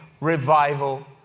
revival